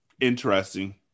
interesting